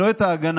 לא את ההגנה,